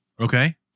Okay